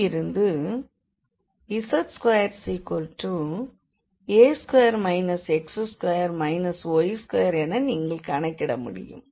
இங்கிருந்து z2 a2 x2 y2என நீங்கள் கணக்கிட முடியும்